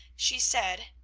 she said